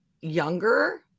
younger